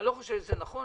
לא חושב שזה נכון,